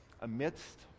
Amidst